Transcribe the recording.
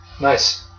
Nice